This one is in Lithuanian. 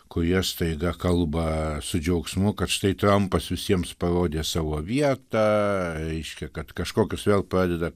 kurie staiga kalba su džiaugsmu kad štai trampas visiems parodė savo vietą reiškia kad kažkokius vėl pradeda